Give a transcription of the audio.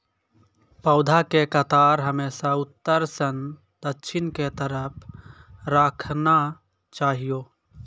पौधा के कतार हमेशा उत्तर सं दक्षिण के तरफ राखना चाहियो